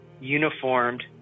uniformed